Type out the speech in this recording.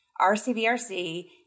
RCVRC